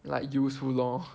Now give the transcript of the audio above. like useful lor